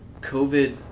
COVID